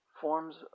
forms